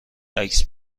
عکس